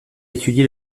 étudié